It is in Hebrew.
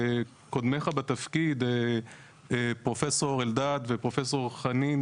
קודמך בתפקיד פרופסור אלדד ופרופסור חנין,